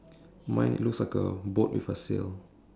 mine it looks like a boat with a sail